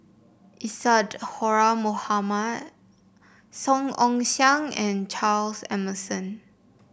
Isadhora Mohamed Song Ong Siang and Charles Emmerson